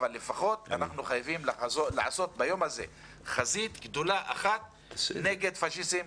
אבל לפחות אנחנו חייבים לעשות ביום הזה חזית גדולה אחת נגד פאשיזם,